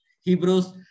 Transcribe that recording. Hebrews